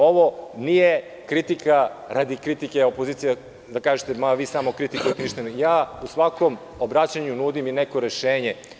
Ovo nije kritika radi kritike opozicije, da kažete - vi samo kritikujete, već ja u svakom obraćanju nudim i neko rešenje.